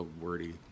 wordy